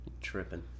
Tripping